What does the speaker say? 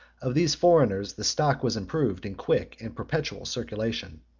of these foreigners, the stock was improved in quick and perpetual circulation